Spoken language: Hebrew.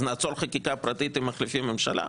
אז נעצור חקיקה פרטית אם מחליפים ממשלה?